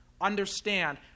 understand